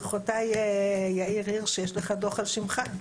ברכותיי יאיר הירש שיש לך דו"ח על שמך,